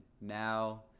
now